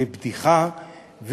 לבדיחה,